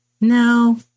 No